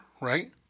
right